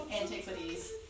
Antiquities